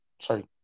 Sorry